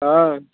हाँ